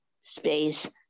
space